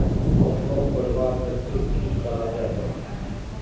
फसलोक बढ़वार केते की करा जाहा?